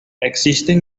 existen